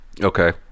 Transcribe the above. okay